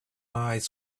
eyes